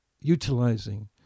utilizing